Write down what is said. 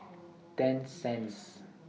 ten Cenz